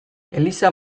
eliza